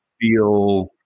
feel